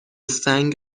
سنگ